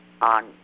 on